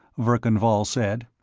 verkan vall said.